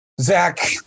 Zach